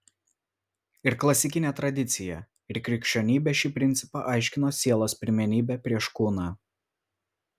ir klasikinė tradicija ir krikščionybė šį principą aiškino sielos pirmenybe prieš kūną